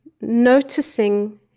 noticing